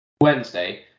Wednesday